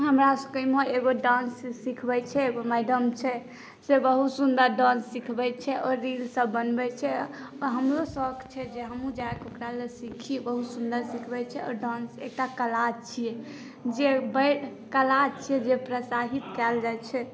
हमरासबके एमहर एगो डान्स सिखबै छै एगो मैडम छै से बहुत सुन्दर डान्स सिखबै छै ओ रीलसब बनबै छै हमरो सौख छै जे हमहूँ जाकऽ ओकरा लग सीखी बहुत सुन्दर सिखबै छै आओर डान्स एकटा कला छिए जे बढ़ि कला छिए जे प्रसाहित कएल जाइ छै